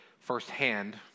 firsthand